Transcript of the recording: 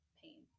pain